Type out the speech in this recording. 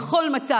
בכל מצב,